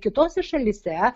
kitose šalyse